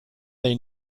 they